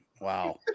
Wow